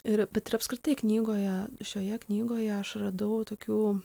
ir bet ir apskritai knygoje šioje knygoje aš radau tokių